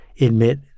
Admit